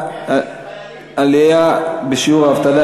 עלייה בשיעור האבטלה,